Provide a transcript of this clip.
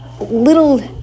little